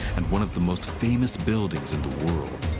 and one of the most famous buildings in the world.